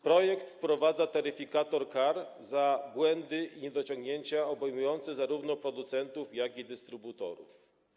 Projekt wprowadza taryfikator kar za błędy i niedociągnięcia obejmujący zarówno producentów, jak i dystrybutorów.